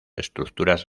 estructuras